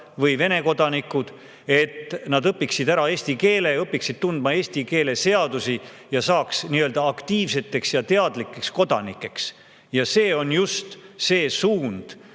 või Vene kodanikud, et nad õpiksid ära eesti keele, õpiksid tundma Eesti seadusi ning saaks aktiivseteks ja teadlikeks kodanikeks. See on just see suund,